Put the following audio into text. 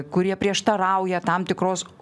kurie prieštarauja tam tikros